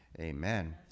amen